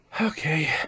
Okay